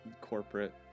corporate